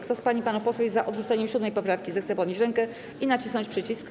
Kto z pań i panów posłów jest za odrzuceniem 7. poprawki, zechce podnieść rękę i nacisnąć przycisk.